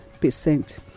percent